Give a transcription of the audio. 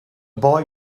boy